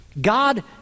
God